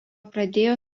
pradėjo